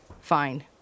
Fine